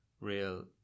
real